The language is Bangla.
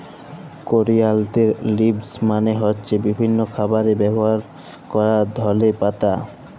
করিয়ালদের লিভস মালে হ্য়চ্ছে বিভিল্য খাবারে ব্যবহার ক্যরা ধলে পাতা